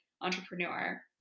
entrepreneur